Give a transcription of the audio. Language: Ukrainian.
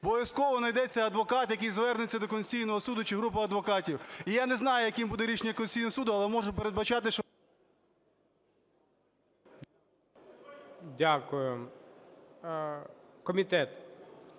Обов'язково знайдеться адвокат, який звернеться до Конституційного Суду, чи група адвокатів. І я не знаю, яким буде рішення Конституційного Суду, але можу передбачити, що… ГОЛОВУЮЧИЙ. Дякую. Комітет.